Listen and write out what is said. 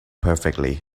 perfectly